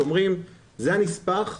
שאומרים: זה הנספח,